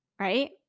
right